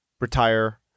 retire